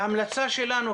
ההמלצה שלנו,